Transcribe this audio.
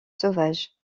sauvages